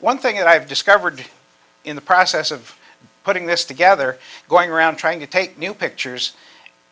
one thing that i have discovered in the process of putting this together going around trying to take new pictures